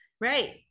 Right